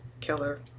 killer